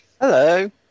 Hello